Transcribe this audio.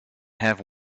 have